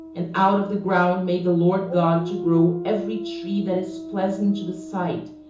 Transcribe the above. and out of the ground made the lord god to grow every tree that is pleasant to the sight,